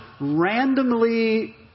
randomly